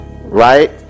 Right